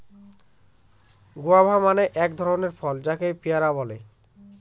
guava মানে এক ধরনের ফল যাকে পেয়ারা বলে